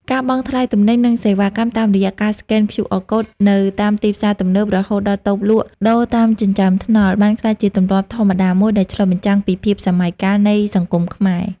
ការបង់ថ្លៃទំនិញ និងសេវាកម្មតាមរយៈការស្កែន QR Code នៅតាមទីផ្សារទំនើប រហូតដល់តូបលក់ដូរតាមចិញ្ចើមថ្នល់ បានក្លាយជាទម្លាប់ធម្មតាមួយដែលឆ្លុះបញ្ចាំងពីភាពសម័យកាលនៃសង្គមខ្មែរ។